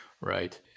Right